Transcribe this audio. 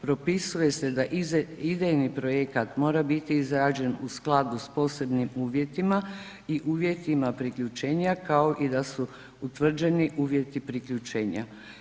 Propisuje se da idejni projekat mora biti izrađen u skladu s posebnim uvjetima i uvjetima priključenja, kao i da su utvrđeni uvjeti priključenja.